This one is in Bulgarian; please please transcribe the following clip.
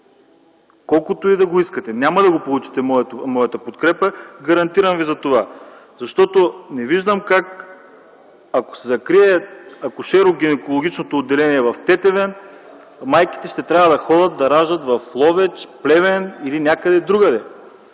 колкото и да го искате. Няма да получите моята подкрепа, гарантирам Ви за това. Не виждам как, ако се закрие акушеро-гинекологичното отделение в Тетевен, майките ще трябва да ходят да раждат в Ловеч, Плевен или някъде другаде.